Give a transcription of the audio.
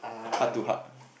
heart to heart